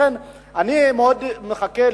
לכן אני מאוד מחכה,